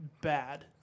bad